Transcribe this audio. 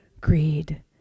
greed